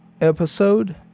episode